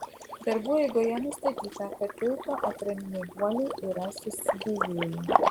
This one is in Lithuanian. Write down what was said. darbų eigoje nustatyta kad tilto atraminiai guoliai yra susidėvėję